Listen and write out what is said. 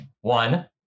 One